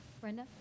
Brenda